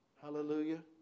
Hallelujah